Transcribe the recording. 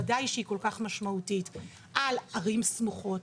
ודאי שהיא כל כך משמעותית על ערים סמוכות,